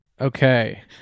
Okay